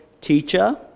teacher